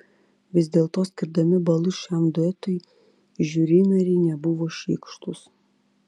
vis dėlto skirdami balus šiam duetui žiuri nariai nebuvo šykštūs